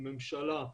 עם ממשלה,